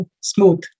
smooth